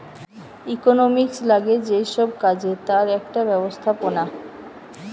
economics লাগে যেই সব কাজে তার একটা ব্যবস্থাপনা